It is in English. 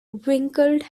wrinkled